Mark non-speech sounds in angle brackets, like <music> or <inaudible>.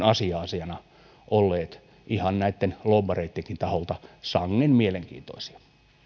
<unintelligible> asia asiana olleet näitten lobbareittenkin taholta sangen mielenkiintoisia